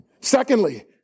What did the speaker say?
Secondly